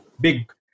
big